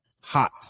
hot